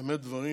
באמת דברים